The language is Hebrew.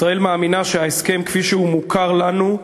ישראל מאמינה שההסכם, כפי שהוא מוכר לנו,